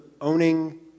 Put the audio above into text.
owning